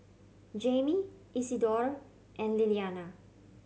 Jaime Isidore and Liliana